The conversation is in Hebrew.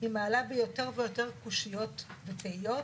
היא מעלה בי יותר ויותר קושיות ותהיות